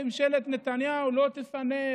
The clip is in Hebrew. ממשלת נתניהו לא תפנה,